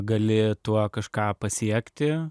gali tuo kažką pasiekti